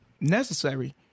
necessary